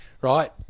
right